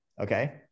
okay